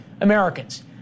Americans